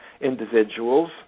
individuals